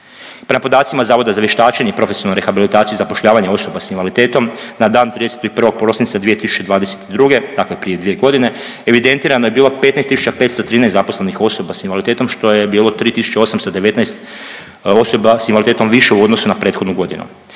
Prema podacima Zavoda za vještačenje i profesionalnu rehabilitaciju i zapošljavanje osoba s invaliditetom na dan 31. prosinca 2022. dakle prije 2 godine, evidentirano je bilo 15.513 zaposlenih osoba s invaliditetom, što je bilo 3.819 osoba s invaliditetom više u odnosu na prethodnu godinu.